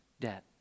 debt